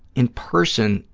in person,